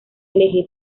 elegir